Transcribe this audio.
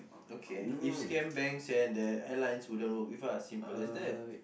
okay if scam banks and the airlines wouldn't work with us simple as that